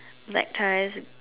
black tyres